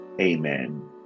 amen